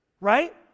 right